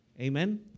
Amen